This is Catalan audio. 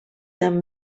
amb